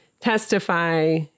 testify